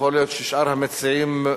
יכול להיות ששאר המציעים,